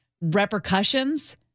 repercussions